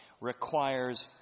requires